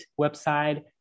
website